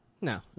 No